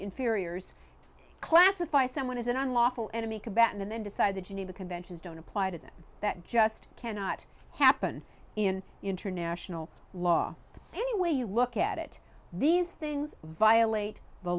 inferiors classify someone as an unlawful enemy combatant and then decide the geneva conventions don't apply to them that just cannot happen in international law any way you look at it these things violate the